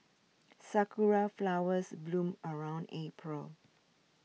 sakura flowers bloom around April